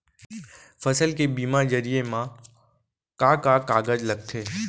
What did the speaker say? फसल के बीमा जरिए मा का का कागज लगथे?